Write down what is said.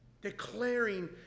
Declaring